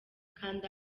kanda